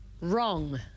Wrong